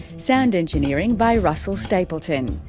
sound engineering by russell stapleton.